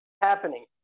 happening